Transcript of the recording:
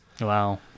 wow